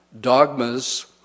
dogmas